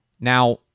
now